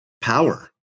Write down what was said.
power